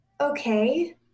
Okay